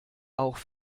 auch